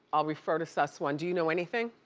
i'll refer to suss one, do you know anything?